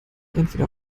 entweder